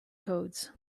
codes